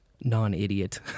non-idiot